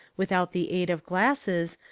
without the aid of glasses,